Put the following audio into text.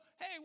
hey